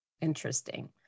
Interesting